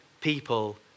people